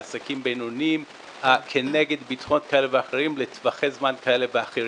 לעסקים בינוניים כנגד ביטחונות כאלה ואחרים לטווחי זמן כאלה ואחרים.